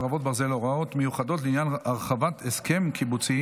חרבות ברזל) (הוראות מיוחדות לעניין הרחבת הסכם קיבוצי